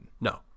No